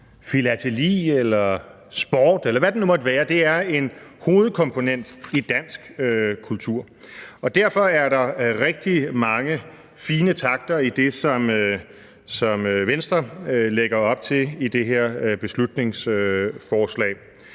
filateli eller sport, eller hvad det nu måtte være, er en hovedkomponent i dansk kultur. Derfor er der rigtig mange fine takter i det, som Venstre lægger op til i det her beslutningsforslag.